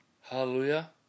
Hallelujah